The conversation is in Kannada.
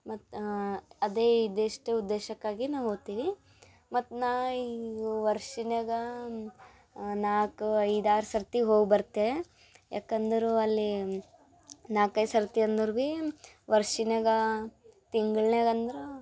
ಮತ್ತು ಅದೇ ಇದಿಷ್ಟು ಉದ್ದೇಶಕ್ಕಾಗಿ ನಾವು ಹೋತೀವಿ ಮತ್ತು ನಾ ಈಗ ವರ್ಷ್ನಾಗ ನಾಲ್ಕು ಐದಾರು ಸರ್ತಿ ಹೋಗಿ ಬರ್ತೆ ಯಾಕಂದ್ರೆ ಅಲ್ಲಿ ನಾಲ್ಕು ಐದು ಸರ್ತಿ ಅಂದ್ರೂ ಭೀ ವರ್ಷನ್ಯಾಗ ತಿಂಗಳ್ನ್ಯಾಗ ಅಂದ್ರೆ